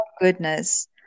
goodness